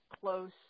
close